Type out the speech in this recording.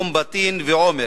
אום-בטין ועומר,